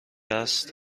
است